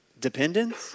Dependence